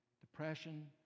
Depression